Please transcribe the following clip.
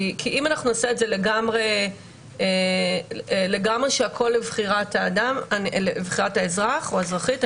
אם נעשה את זה לגמרי שהכול לבחירת האזרח או האזרחית,